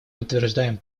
подтверждаем